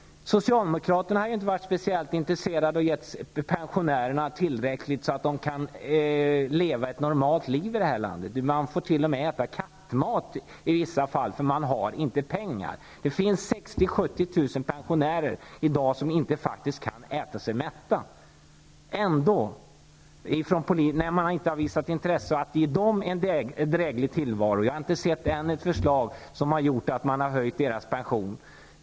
Socialdemokraterna har inte varit speciellt intresserade av att ge pensionärerna tillräckligt så att de kan leva ett normalt liv i det här landet. De får i vissa fall t.o.m. äta kattmat eftersom de inte har pengar. Det finns 60 000-- 70 000 pensionärer i dag som inte kan äta sig mätta. Ändå har inte politikerna visat intresse för att ge dem en dräglig tillvaro. Jag har ännu inte sett något förslag som har gjort att pensionen kan höjas.